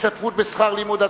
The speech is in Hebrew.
השתתפות בשכר לימוד),